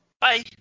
Bye